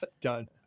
Done